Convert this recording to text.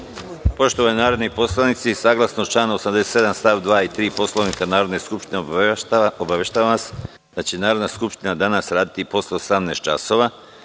Poštovani narodni poslanici, saglasno članu 87. stav 2. i 3. Poslovnika Narodne skupštine, obaveštavam vas da će Narodna skupština danas raditi i posle 18 časova,